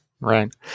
Right